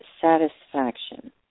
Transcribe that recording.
satisfaction